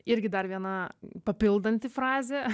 irgi dar viena papildanti frazė